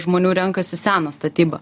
žmonių renkasi seną statybą